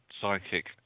psychic